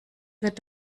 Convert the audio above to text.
wird